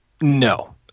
No